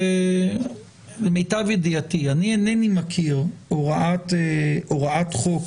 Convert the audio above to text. למיטב ידיעתי, אני אינני מכיר הוראת חוק